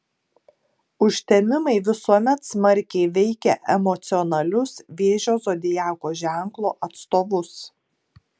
užtemimai visuomet smarkiai veikia emocionalius vėžio zodiako ženklo atstovus